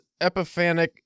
epiphanic